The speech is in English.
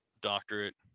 doctorate